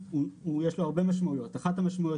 הוא יש לו הרבה משמעויות ואחת המשמעויות